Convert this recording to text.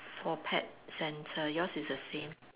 for pet center yours is the same